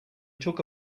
took